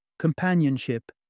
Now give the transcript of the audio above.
companionship